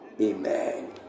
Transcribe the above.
Amen